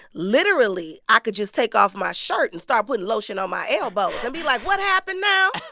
literally, i could just take off my shirt and start putting lotion on my elbows and be like, what happened now?